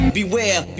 beware